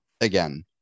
again